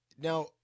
now